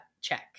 check